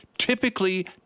typically